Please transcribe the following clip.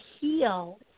heal